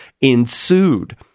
ensued